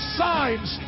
signs